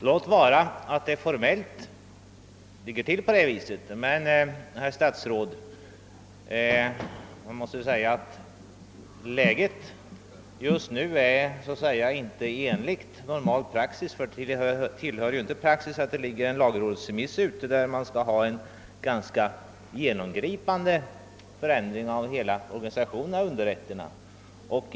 Låt vara att det formellt ligger till på det viset, men, herr statsråd, det tillhör dock inte normal praxis att besluta medan det ligger en lagrådsremiss ute som avser en ganska genomgripande förändring av hela organisationen av underrätterna.